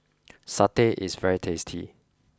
Satay is very tasty